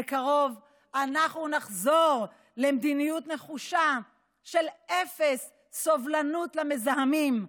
בקרוב אנחנו נחזור למדיניות נחושה של אפס סובלנות למזהמים,